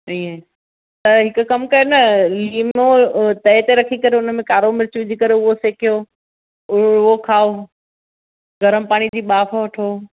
इएं त हिकु कमु कर न लीमो तए ते रखी करे हुनमें कारो मिर्चु विझी करे हूअ सेकियो उहो खाओ गरम पाणी जी बाफ़ वठो